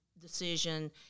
decision